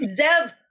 Zev